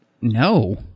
No